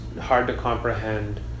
hard-to-comprehend